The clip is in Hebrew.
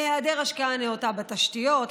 להיעדר השקעה נאותה בתשתיות,